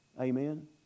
Amen